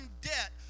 debt